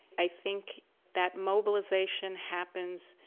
i think that mobilization happens,